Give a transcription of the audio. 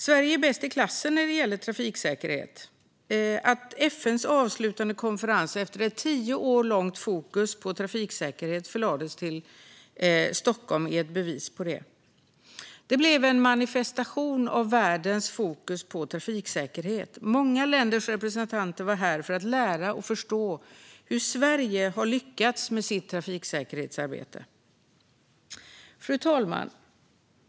Sverige är bäst i klassen när det gäller trafiksäkerhet. Att FN:s avslutande konferens efter ett tio år långt fokus på trafiksäkerhet förlades till Stockholm är ett bevis på detta. Det blev en manifestation av världens fokus på trafiksäkerhet. Många länders representanter var här för att lära och förstå hur Sverige har lyckats med sitt trafiksäkerhetsarbete. Fru talman!